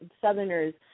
Southerners